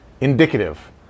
indicative